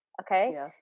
Okay